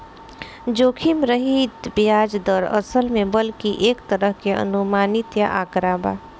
जोखिम रहित ब्याज दर, असल में बल्कि एक तरह के अनुमानित आंकड़ा बा